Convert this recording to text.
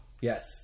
Yes